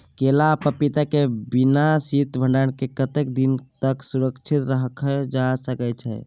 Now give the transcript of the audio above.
केला आ पपीता के बिना शीत भंडारण के कतेक दिन तक सुरक्षित रखल जा सकै छै?